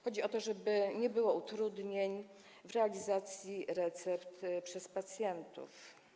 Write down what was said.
Chodzi o to, żeby nie było utrudnień w realizacji recept przez pacjentów.